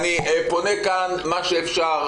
זה כולל את יושב-ראש הוועדה,